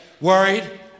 worried